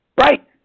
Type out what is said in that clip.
Right